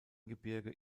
gebirge